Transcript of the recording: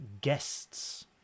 guests